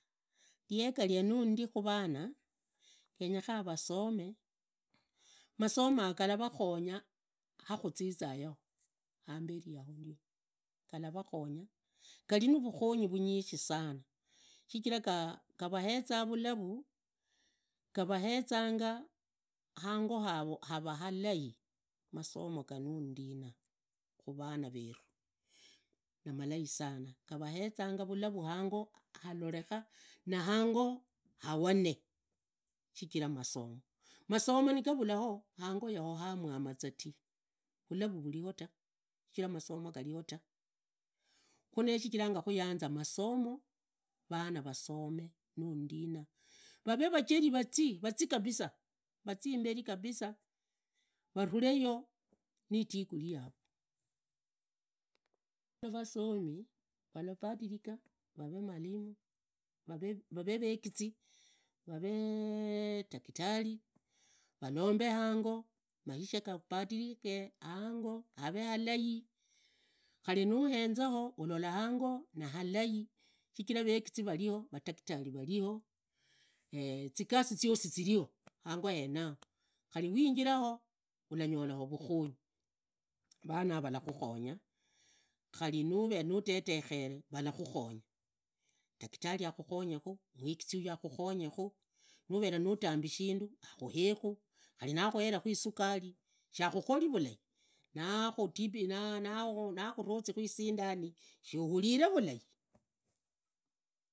Liyega lia nundi khuvana genyekhana vasome, masomo yaga gavavakhonya akhuziza yaho hamberi yaho ndiono galarakhonya, garinivukhonyi vunyikhi sana, shichiraa gavaheza vularu, gavahezanga hango havo havee halai masomo ganundina khuvana veru, nimalai sana gavahezanga vularu hango halorekha na hango haone shichira masomo. Masomo nigavulaho hango yaho hamwana za ti vulavu vulio ta shichira masomo ta. Khune shichiranga khuyanza masomo, vana vasome nundina vavee vacheri vazii, vazii kabisa, vazii imburi kabisa varureyo niidigirii yaro, vana nivasomi valabadilika vavee valimu vavee vegizi vavee dakitari, valombe hango, maisha gapatirike hango havee halai khari nuhenzao hulola hango nihalai shichira vegizi valio vatakitari valio, zigasi ziosi zirio hango henao khari nuwinjira hao uranyora hao vukhonyi. Vanavo vanyala khukhukhonya khari niva nuvere nuterekhere varakhukhonye khu, nuvere nutambi shindu akhuekhu, khari nakhuerekhu isukari shakhukhori vulai nakhutibu nakhurozi isindani shiuhurire vulai.